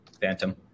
phantom